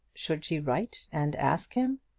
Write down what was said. should she write and ask him?